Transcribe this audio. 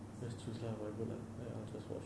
just choose lah whatever lah I will just watch